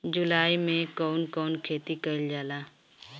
जुलाई मे कउन कउन खेती कईल जाला?